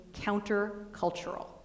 countercultural